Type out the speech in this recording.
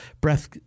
breath